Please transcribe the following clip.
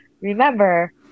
remember